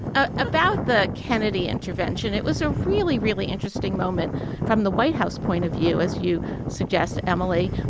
ah about the kennedy intervention it was a really, really interesting moment from the white house point of view, as you suggest, emily.